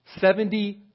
Seventy